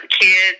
kids